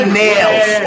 nails